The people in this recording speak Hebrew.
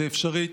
זה אפשרי.